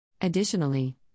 Additionally